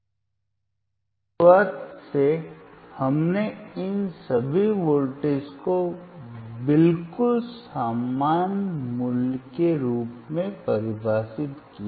उस शुरुआत से हमने इन सभी वोल्टेज को बिल्कुल समान मूल्य के रूप में परिभाषित किया है